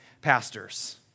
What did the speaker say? pastors